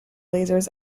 lasers